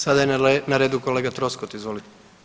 Sada je na redu kolega Troskot, izvolite.